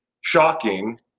shocking